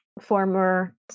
former